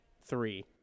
three